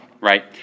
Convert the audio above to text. right